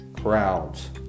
crowds